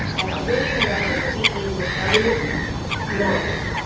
and i went in, and i took a meeting with eliot laurence,